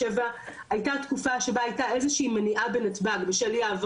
בנתב"ג בשל אי העברת כספים ממשרד האוצר אלינו,